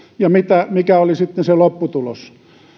ja mikä oli sitten se lopputulos